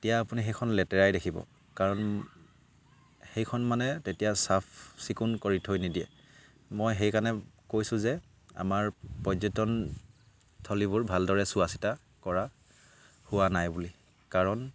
এতিয়া আপুনি সেইখন লেতেৰাই দেখিব কাৰণ সেইখন মানে তেতিয়া চাফ চিকুণ কৰি থৈ নিদিয়ে মই সেইকাৰণে কৈছোঁ যে আমাৰ পৰ্যটন থলীবোৰ ভালদৰে চোৱা চিতা কৰা হোৱা নাই বুলি কাৰণ